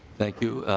thank you